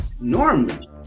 Normally